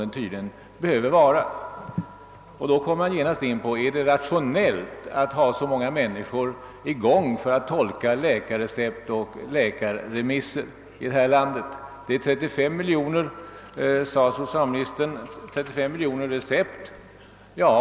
Då inställer sig frågan: Är det rationellt att ha så många människor sysselsatta för att tolka läkarrecept och läkarremisser? Socialministern sade att det årligen här i landet utfärdas ungefär 35 miljoner recept.